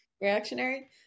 reactionary